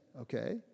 okay